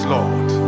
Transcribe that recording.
Lord